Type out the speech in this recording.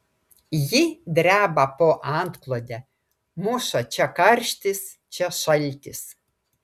ji dreba po antklode muša čia karštis čia šaltis